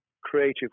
creative